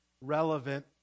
relevant